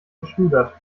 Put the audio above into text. geschludert